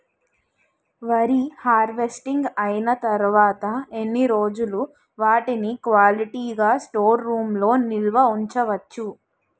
వరి హార్వెస్టింగ్ అయినా తరువత ఎన్ని రోజులు వాటిని క్వాలిటీ గ స్టోర్ రూమ్ లొ నిల్వ ఉంచ వచ్చు?